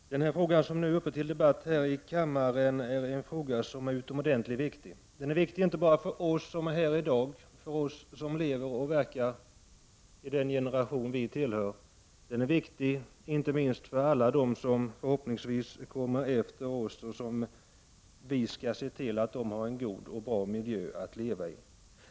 Herr talman! Den fråga som nu är uppe till debatt här i kammaren är utomordentligt viktig, inte bara för oss som är här i dag, för oss som lever och verkar nu och för oss som är av den här generationen — den är viktig inte minst för alla dem som förhoppningsvis kommer efter oss och som vi har att lämna över en god och bra miljö till.